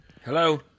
Hello